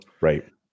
right